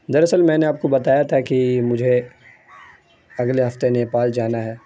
دراصل میں نے آپ کو بتایا تھا کہ مجھے اگلے ہفتے نیپال جانا ہے